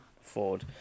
Ford